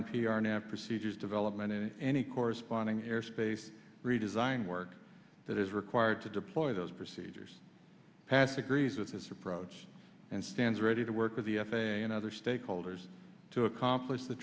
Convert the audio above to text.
r nav procedures development and any corresponding airspace redesign work that is required to deploy those procedures past agrees with this approach and stands ready to work with the f a a and other stakeholders to accomplish the